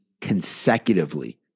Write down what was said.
consecutively